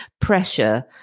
pressure